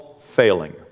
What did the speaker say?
failing